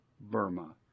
Burma